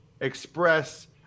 Express